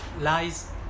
lies